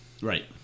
Right